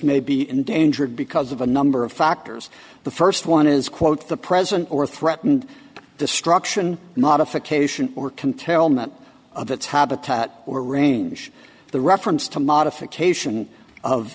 may be endangered because of a number of factors the first one is quote the present or threatened destruction modification or can tell much of its habitat or range the reference to modification of